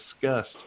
discussed